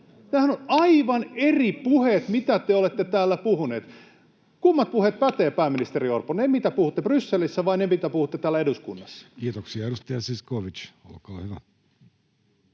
Nämähän ovat aivan eri puheet kuin mitä te olette täällä puhunut. Kummat puheet pätevät, pääministeri Orpo, ne, mitä puhutte Brysselissä, vai ne, mitä puhutte täällä eduskunnassa? Kiitoksia. — Edustaja Zyskowicz, olkaa hyvä.